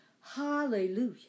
Hallelujah